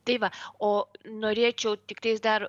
tai va o norėčiau tiktais dar